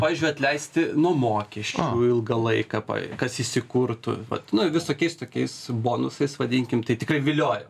pavyzdžiui atleisti nuo mokesčių ilgą laiką pa kas įsikurtų vat nu visokiais tokiais bonusais vadinkim tai tikrai viliojo